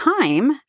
time